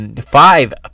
five